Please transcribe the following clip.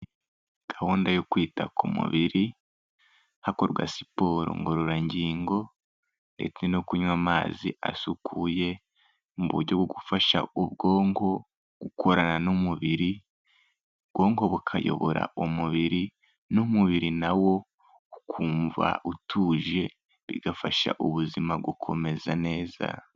Gahunda yo kwita ku mubiri, hakorwa siporo ngororangingo ndetse no kunywa amazi asukuye, mu buryo bwo gufasha ubwonko gukorana n'umubiri, ubwonko bukayobora umubiri, n'umubiri na wo ukumva utuje, bigafasha ubuzima gukomeza neza.